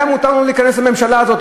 היה מותר לנו להיכנס לממשלה הזאת?